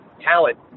talent